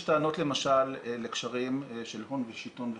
יש טענות למשל לקשרים של הון ושלטון וכו',